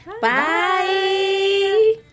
Bye